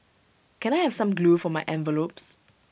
can I have some glue for my envelopes